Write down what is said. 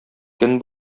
көн